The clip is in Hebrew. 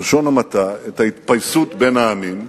האויב רוצה זכות דיבור.